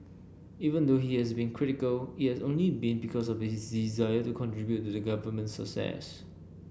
even though he has been critical it has only been because of his desire to contribute to the government's success